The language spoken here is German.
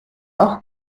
auch